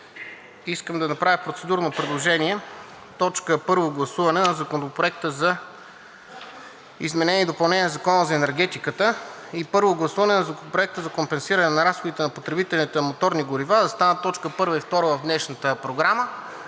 Искам да направя процедурно предложение точка едно – Законопроект за изменение и допълнение на Закона за енергетиката, и първо гласуване на Законопроекта за компенсиране на разходите на потребителите на моторни горива да станат точки първа и втора в днешната Програма,